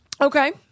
Okay